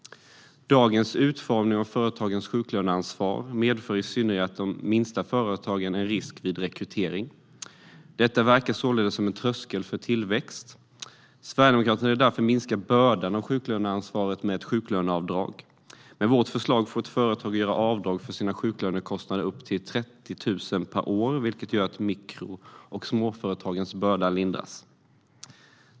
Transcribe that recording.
Dagens utformning av företagens sjuklöneansvar medför i synnerhet för de minsta företagen en risk vid rekrytering. Detta verkar således som en tröskel för tillväxt. Sverigedemokraterna vill därför minska bördan av sjuklöneansvaret genom ett sjuklöneavdrag. Med vårt förslag får ett företag göra avdrag för sina sjuklönekostnader upp till 30 000 kronor per år, vilket gör att mikro och småföretagens börda lindras.